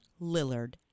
Lillard